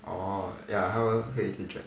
orh ya 他们会 keep track